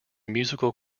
musical